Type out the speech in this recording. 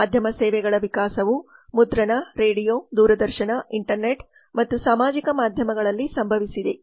ಮಾಧ್ಯಮ ಸೇವೆಗಳ ವಿಕಾಸವು ಮುದ್ರಣ ರೇಡಿಯೋ ದೂರದರ್ಶನ ಇಂಟರ್ನೆಟ್ ಮತ್ತು ಸಾಮಾಜಿಕ ಮಾಧ್ಯಮಗಳಲ್ಲಿ ಸಂಭವಿಸಿದೆ